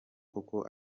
koko